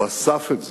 הוא אסף את זה.